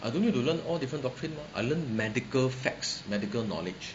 I don't need to learn all different doctrine mah I learn medical facts medical knowledge